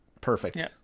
perfect